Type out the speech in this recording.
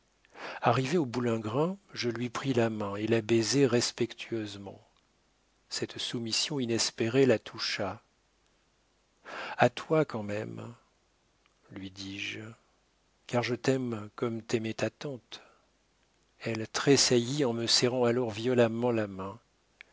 arrivé au boulingrin je lui pris la main et la baisai respectueusement cette soumission inespérée la toucha a toi quand même lui dis-je car je t'aime comme t'aimait ta tante elle tressaillit en me serrant alors violemment la main